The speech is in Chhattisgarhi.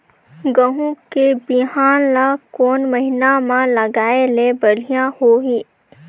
गहूं के बिहान ल कोने महीना म लगाय ले बढ़िया होही?